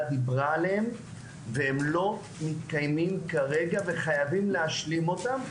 דיברה עליהם והם לא מתקיימים כרגע וחייבים להשלים אותם,